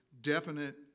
definite